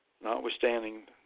Notwithstanding